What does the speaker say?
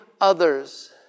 others